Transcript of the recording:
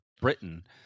Britain